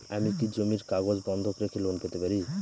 আমি কি জমির কাগজ বন্ধক রেখে লোন পেতে পারি?